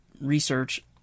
research